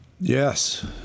Yes